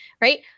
right